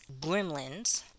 gremlins